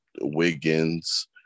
Wiggins